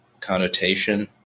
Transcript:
connotation